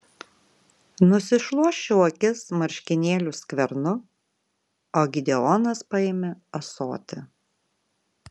nusišluosčiau akis marškinėlių skvernu o gideonas paėmė ąsotį